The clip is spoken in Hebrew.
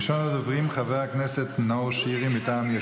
ראשון הדוברים, חבר הכנסת נאור שירי מטעם יש